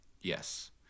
Yes